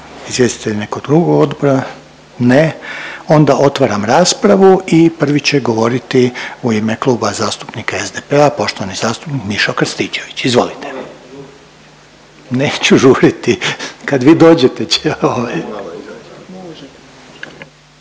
izvjestitelj nekog drugog odbora? Ne. Onda otvaram raspravu i prvi će govoriti u ime Kluba zastupnika SDP-a poštovani zastupnik Mišo Krstičević. Izvolite. …/Upadica se ne